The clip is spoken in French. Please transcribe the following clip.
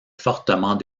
fortement